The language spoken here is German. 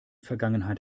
vergangenheit